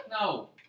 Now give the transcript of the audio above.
No